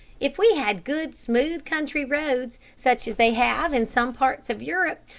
if we had good, smooth, country roads, such as they have in some parts of europe,